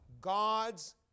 God's